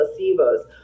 placebos